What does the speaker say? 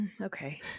Okay